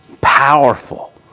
powerful